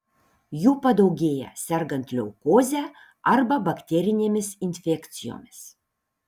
jų padaugėja sergant leukoze arba bakterinėmis infekcijomis